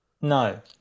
No